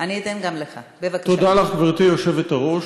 תודה לך, גברתי היושבת-ראש,